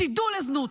שידול לזנות,